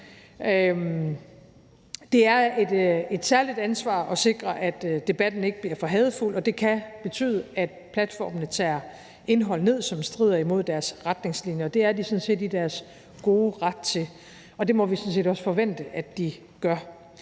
Det er et særligt ansvar at sikre, at debatten ikke bliver for hadefuld, og det kan betyde, at platformene tager indhold ned, som strider imod deres retningslinjer, og det er de sådan set i deres gode ret til. Og det må vi sådan set også forvente at de gør.